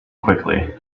quickly